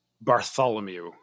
Bartholomew